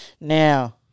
Now